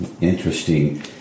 Interesting